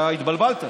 אתה התבלבלת.